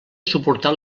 suportar